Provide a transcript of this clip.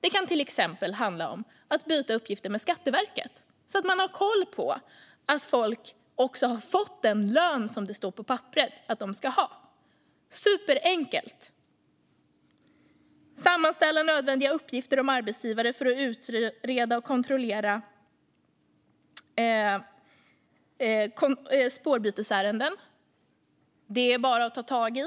Det kan till exempel handla om att utbyta uppgifter med Skatteverket, så att man har koll på att folk också har fått den lön som det står på papperet att de ska ha. Det är superenkelt. Det handlar om att sammanställa nödvändiga uppgifter om arbetsgivare för att utreda och kontrollera spårbytesärenden. Det är bara att ta tag i.